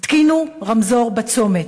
תתקינו רמזור בצומת.